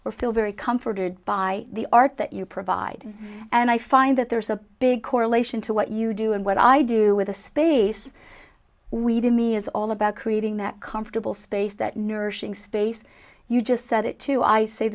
or feel very comforted by the art that you provide and i find that there's a big correlation to what you do and what i do with the space we did me is all about creating that comfortable space that nourishing space you just said it to i say